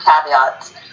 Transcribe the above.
caveats